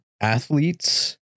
athletes